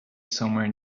somewhere